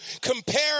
compare